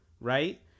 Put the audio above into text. right